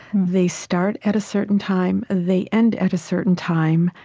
they start at a certain time, they end at a certain time,